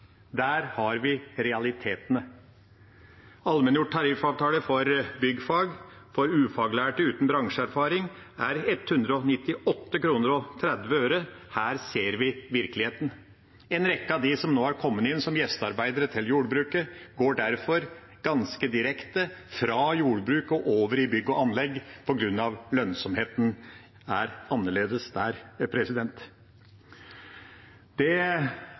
Der har vi realitetene. I allmenngjort tariffavtale for byggfag er satsen for ufaglærte uten bransjeerfaring på 198 kr og 30 øre. Her ser vi virkeligheten. En rekke av dem som nå er kommet inn som gjestearbeidere til jordbruket, går derfor ganske direkte fra jordbruk og over i bygg og anlegg på grunn av at lønnsomheten er annerledes der. Det